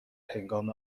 هنگام